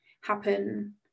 happen